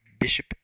Bishop